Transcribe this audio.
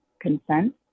consent